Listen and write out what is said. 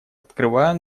открываю